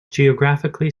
geographically